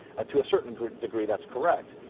to a certain degree that's correct.